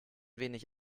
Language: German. wenig